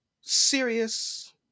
serious